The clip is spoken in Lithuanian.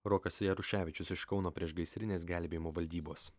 rokas jaruševičius iš kauno priešgaisrinės gelbėjimo valdybos